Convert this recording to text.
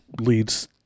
leads